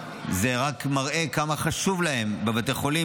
רק מראה כמה חשוב להם בבתי החולים,